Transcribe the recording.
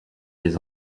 des